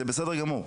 זה בסדר גמור.